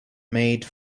made